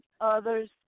others